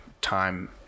time